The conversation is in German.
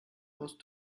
musst